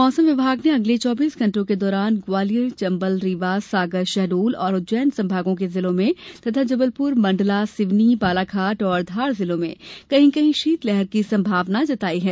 मौसम विभाग ने अगले चौबीस घण्टों के दौरान ग्वालियर चंबल रीवा सागर शहडोल और उज्जैन संभागों के जिलों में तथा जबलपुर मण्डला सिवनी बालाघाट और धार जिलों में कहीं कहीं शीतलहर की संभावना जताई है